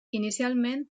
inicialment